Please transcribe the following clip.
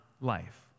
life